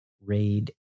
raid